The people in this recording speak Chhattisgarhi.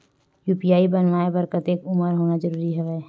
यू.पी.आई बनवाय बर कतेक उमर होना जरूरी हवय?